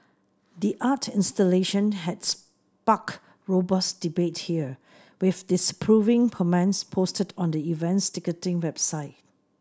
the art installation had sparked robust debate here with disapproving comments posted on the event's ticketing website